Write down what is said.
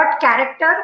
character